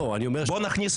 אני לא צועק.